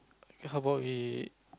how about it